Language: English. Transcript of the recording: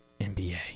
NBA